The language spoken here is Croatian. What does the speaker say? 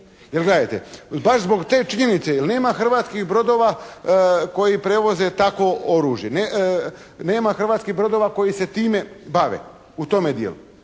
Jer gledajte baš zbog te činjenice jer nema hrvatskih brodova koji prevoze takvo oružje, nema hrvatskih brodova koji se time bave u tome dijelu,